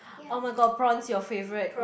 oh-my-god prawns your favourite